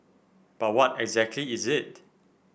but what exactly is it